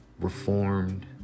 reformed